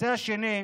הנושא השני,